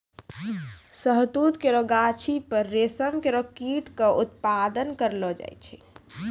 शहतूत केरो गाछी पर रेशम केरो कीट क उत्पादन करलो जाय छै